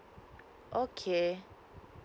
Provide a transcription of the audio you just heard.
okay